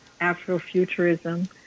Afrofuturism